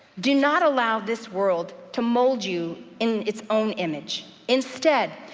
do not allow this world to mold you in its own image. instead,